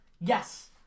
Yes